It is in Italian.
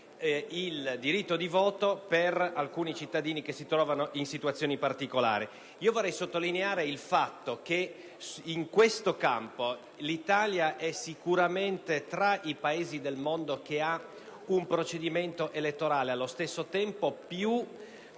il diritto di voto per alcuni cittadini che si trovano in situazioni particolari. Vorrei sottolineare che in questo campo l'Italia è sicuramente tra i Paesi del mondo che hanno un procedimento elettorale maggiormente